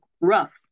rough